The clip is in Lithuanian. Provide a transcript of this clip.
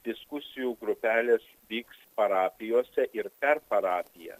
diskusijų grupelės vyks parapijose ir per parapiją